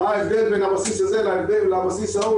מה ההבדל בין הבסיס הזה לבסיס ההוא?